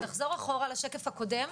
נחזור אחורה לשקף הקודם.